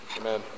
Amen